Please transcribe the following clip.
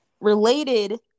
Related